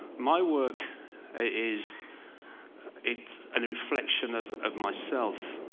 my work is it's a reflection of of myself.